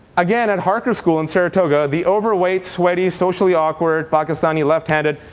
again at harker school in saratoga, the overweight, sweaty, socially awkward, pakistani, left-handed,